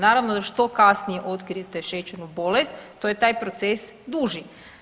Naravno da što kasnije otkrijete šećernu bolest to je taj proces duži.